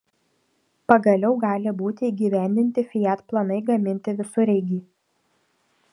pagaliau gali būti įgyvendinti fiat planai gaminti visureigį